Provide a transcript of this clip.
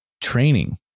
training